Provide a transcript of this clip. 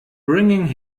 bringing